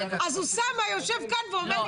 אז אוסאמה יושב כאן ואומר לי,